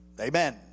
Amen